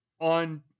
on